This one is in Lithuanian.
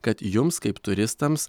kad jums kaip turistams